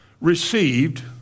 received